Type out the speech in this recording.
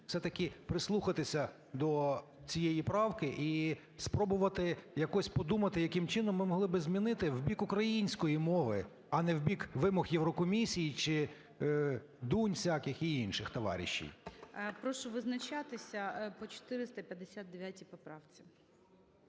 все-таки прислухатися до цієї правки і спробувати якось подумати яким чином ми могли би змінити в бік української мови, а не в бік вимог Єврокомісії чи Дунь всяких і інших товарищей. ГОЛОВУЮЧИЙ. Прошу визначатися по 459 поправці.